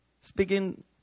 speaking